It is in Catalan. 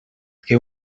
que